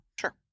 Sure